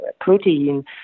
protein